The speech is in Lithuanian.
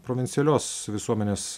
provincialios visuomenės